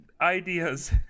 ideas